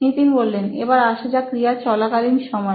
নিতিন এবার আসা যাক ক্রিয়া চলাকালীন সময়ে